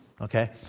okay